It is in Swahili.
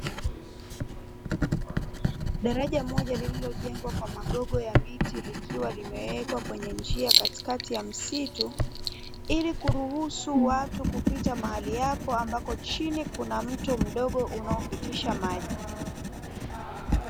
Daraja moja lililojengwa kwa magogo ya miti, likiwa limewekwa kwenye njia katikati ya Msitu, ili kuruhusu watu kupita mahali hapo, ambapo chini kuna mto mdogo unapitisha maji.